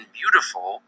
beautiful